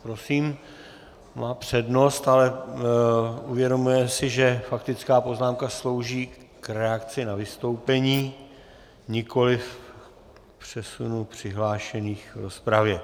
Prosím, má přednost, ale uvědomujeme si, že faktická poznámka slouží k reakci na vystoupení, nikoliv k přesunu přihlášených v rozpravě.